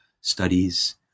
studies